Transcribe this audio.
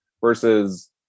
versus